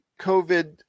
COVID